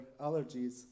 allergies